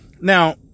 now